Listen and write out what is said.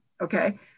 okay